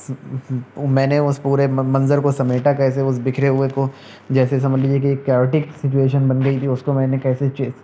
میں نے اس پورے منظر کو سمیٹا کیسے اس بکھرے ہوئے کو جیسے سمجھ لیجیے کہ ایک کیوٹک سچویشن بن گئی تھی اس کو میں نے کیسے چیس